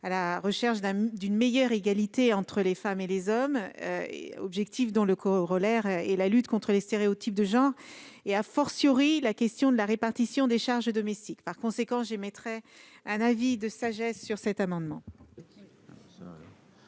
à la recherche d'une meilleure égalité entre les femmes et les hommes, objectif dont le corollaire est la lutte contre les stéréotypes de genre et l'attention portée à la question de la répartition des charges domestiques. Par conséquent, j'émettrai un avis de sagesse sur cet amendement.